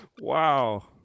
Wow